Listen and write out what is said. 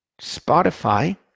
Spotify